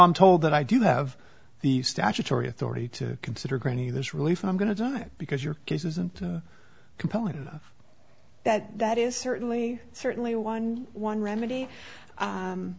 i'm told that i do have the statutory authority to consider granny this relief i'm going to do it because your case isn't compelling enough that that is certainly certainly one one remedy